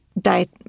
diet